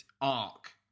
arc